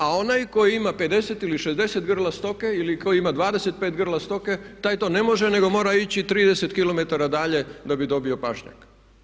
A onaj koji ima 50 ili 60 grla stoke, ili koji ima 25 grla stoke taj to ne može nego mora ići 30km dalje da bi dobio pašnjak.